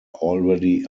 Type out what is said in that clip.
already